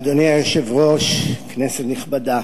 אדוני היושב-ראש, כנסת נכבדה,